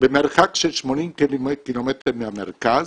במרחק 80 קילומטר מהמרכז,